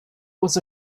was